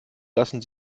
lassen